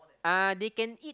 uh they can eat